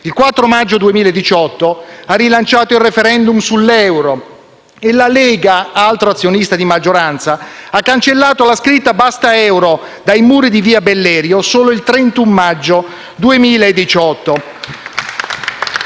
il 4 maggio 2018, ha rilanciato il *referendum* sull'euro e la Lega, altro azionista di maggioranza, ha cancellato la scritta «Basta euro» dai muri di via Bellerio solo il 31 maggio 2018.